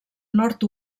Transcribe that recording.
nord